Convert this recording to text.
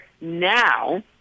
now